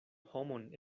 homoj